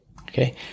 Okay